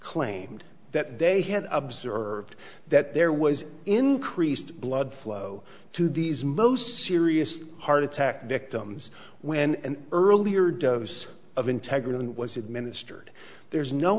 claimed that they had observed that there was increased blood flow to these most serious heart attack victims when an earlier dose of integrity was administered there's no